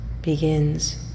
begins